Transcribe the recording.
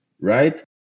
right